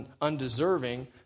undeserving